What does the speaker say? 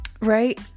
right